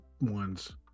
ones